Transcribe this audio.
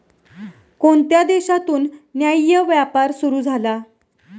कोणत्या देशातून न्याय्य व्यापार सुरू झाला?